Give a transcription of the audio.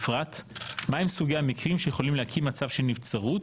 בפרט מה הם סוגי המקרים שיכולים להקים מצב של נבצרות